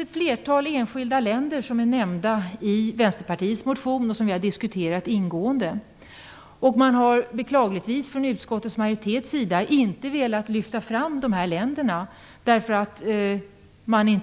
Ett flertal enskilda länder är nämnda i Vänsterpartiets motion och har diskuterats ingående. Utskottets majoritet har beklagligtvis inte velat lyfta fram dessa länder. Man har i